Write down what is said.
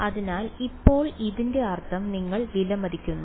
അതിനാൽ ഇപ്പോൾ ഇതിന്റെ അർത്ഥം നിങ്ങൾ വിലമതിക്കുന്നു